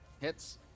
Hits